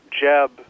Jeb